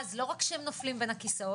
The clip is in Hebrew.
ואז לא רק שהם נופלים בין הכסאות,